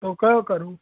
તો ક યો કરું